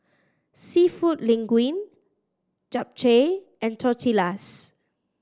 Seafood Linguine Japchae and Tortillas